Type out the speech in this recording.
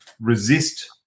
resist